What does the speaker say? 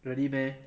really meh